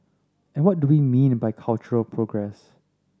and what do we mean by cultural progress